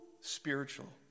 spiritual